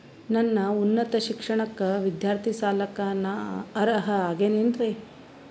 ನನ್ನ ಉನ್ನತ ಶಿಕ್ಷಣಕ್ಕ ವಿದ್ಯಾರ್ಥಿ ಸಾಲಕ್ಕ ನಾ ಅರ್ಹ ಆಗೇನೇನರಿ?